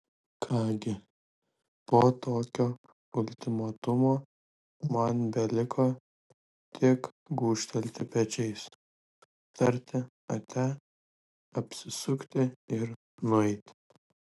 ką gi po tokio ultimatumo man beliko tik gūžtelėti pečiais tarti ate apsisukti ir nueiti